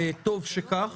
וטוב שכך,